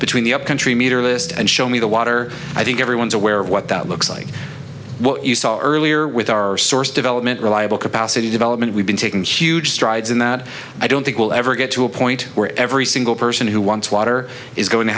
between the upcountry meter list and show me the water i think everyone's aware of what that looks like what you saw earlier with our source development reliable capacity development we've been taking huge strides in that i don't think we'll ever get to a point where every single person who wants water is going to